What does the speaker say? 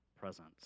presence